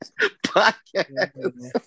Podcast